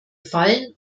fallen